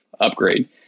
upgrade